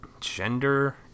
gender